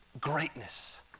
greatness